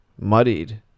muddied